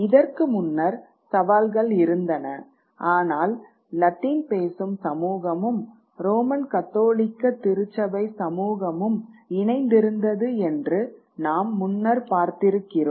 இதற்கு முன்னர் சவால்கள் இருந்தன ஆனால் லத்தீன் பேசும் சமூகமும் ரோமன் கத்தோலிக்க திருச்சபை சமூகமும் இணைந்திருந்தது என்று நாம் முன்னர் பார்த்திருக்கிறோம்